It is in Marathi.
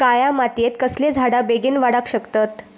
काळ्या मातयेत कसले झाडा बेगीन वाडाक शकतत?